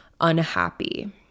unhappy